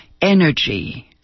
energy